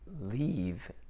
leave